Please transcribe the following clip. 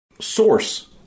source